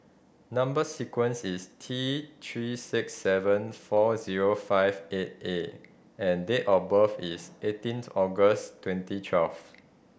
number sequence is T Three six seven four zero five eight A and date of birth is eighteenth August twenty twelve